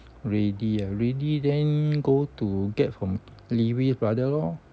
ready ah ready then go to get from lee wee and brothers lor